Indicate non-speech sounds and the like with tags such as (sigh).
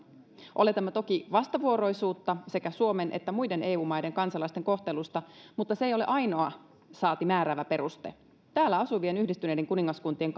oletamme toki vastavuoroisuutta sekä suomen että muiden eu maiden kansalaisten kohtelussa mutta se ei ole ainoa saati määräävä peruste täällä asuvien yhdistyneiden kuningaskuntien (unintelligible)